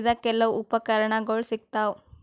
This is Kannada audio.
ಇದಕೆಲ್ಲಾ ಉಪಕರಣಗೊಳ್ ಸಿಗ್ತಾವ್